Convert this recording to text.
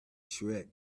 shriek